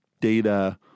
data